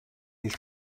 his